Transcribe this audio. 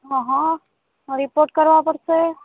હં હં રીપોર્ટ કરવા પડશે